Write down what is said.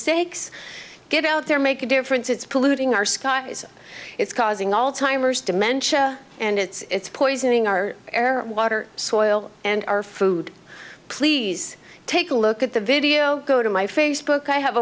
sakes get out there make a difference it's polluting our skies it's causing alzheimers dementia and it's poisoning our air water soil and our food please take a look at the video go to my facebook i have